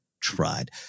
tried